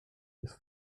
his